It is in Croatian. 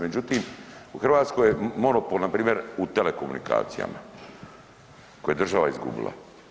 Međutim, u Hrvatskoj je monopol npr. u telekomunikacijama koje je država izgubila.